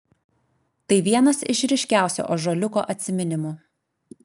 tai vienas iš ryškiausių ąžuoliuko atsiminimų